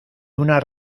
una